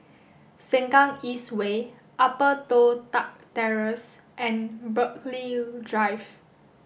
Sengkang East Way Upper Toh Tuck Terrace and Burghley Drive